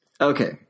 Okay